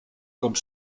comme